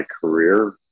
career